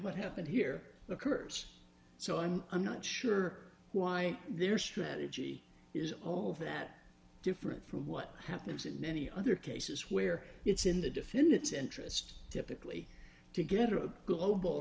what happened here the curse so i'm i'm not sure why their strategy is all that different from what happens in any other cases where it's in the defendant's interest typically to get a global